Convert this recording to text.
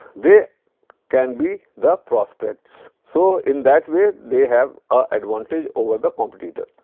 they can be the prospects. so, in that way they have a advantage over the competitor.